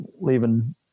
leaving